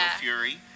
Fury